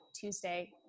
Tuesday